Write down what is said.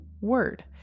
word